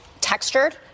textured